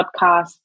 podcast